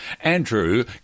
Andrew